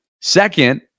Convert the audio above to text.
Second